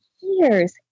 years